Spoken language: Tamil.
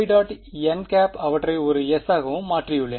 n அவற்றை ஒரு s ஆக மாற்றியுள்ளேன்